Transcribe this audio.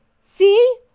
See